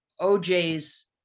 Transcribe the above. OJ's